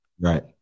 Right